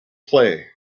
play